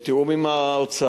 בתיאום עם האוצר,